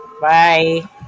bye